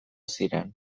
ziren